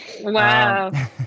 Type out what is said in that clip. Wow